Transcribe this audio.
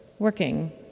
working